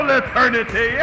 eternity